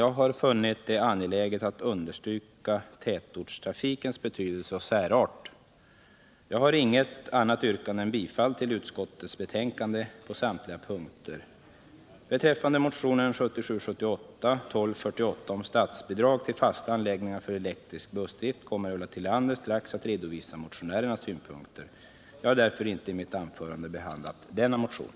Jag har funnit det angeläget att understryka tätortstrafikens betydelse och särart. Jag har inget annat yrkande än bifall till utskottets hemställan på samtliga punkter. Beträffande motionen 1977/78:1248 om statsbidrag till fast anläggning för elektrisk bussdrift kommer Ulla Tillander strax att redovisa motionärernas synpunkter. Jag har därför inte i mitt anförande behandlat den motionen.